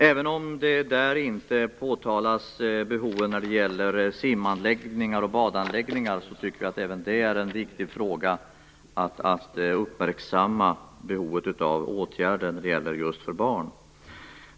Även om det där inte påtalas behov när det gäller simanläggningar och badanläggningar, tycker vi att det är viktigt att uppmärksamma åtgärder just när det gäller anläggningar för barn.